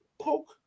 poke